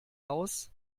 aus